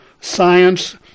science